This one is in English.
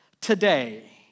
today